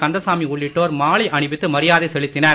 கந்தசாமி உள்ளிட்டோர் மாலை அணிவித்து மரியாதை செலுத்தினர்